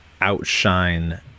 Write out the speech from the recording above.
outshine